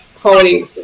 quality